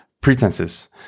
pretenses